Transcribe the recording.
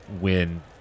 win